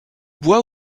bois